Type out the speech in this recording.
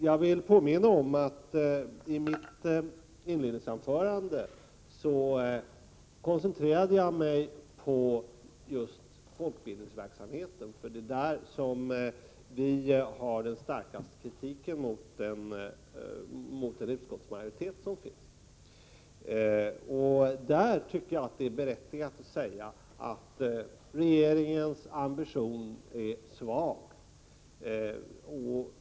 Jag vill påminna om att jag i mitt inledningsanförande koncentrerade mig på just folkbildningsverksamheten. Det är där som vi riktar den starkaste kritiken mot nuvarande utskottsmajoritet. I det avseendet tycker jag att det är berättigat att säga att regeringens ambition är svag.